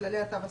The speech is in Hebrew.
כללי התו הסגול.